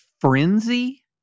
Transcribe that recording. frenzy